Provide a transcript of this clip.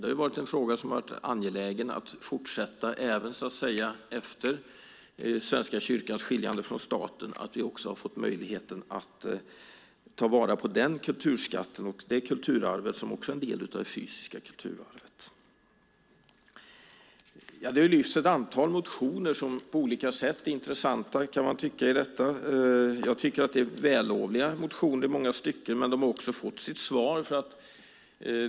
Det har varit en fråga som har varit angelägen att fortsätta även efter Svenska kyrkans skiljande från staten - att vi har fått möjlighet att ta vara på den kulturskatten och det kulturarvet, som också är en del av det fysiska kulturarvet. Det har lyfts fram ett antal motioner som på olika sätt är intressanta. Jag tycker att det är vällovliga motioner i många stycken. Men de har också fått sitt svar.